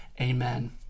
Amen